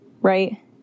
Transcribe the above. right